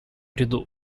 ряду